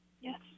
Yes